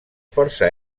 força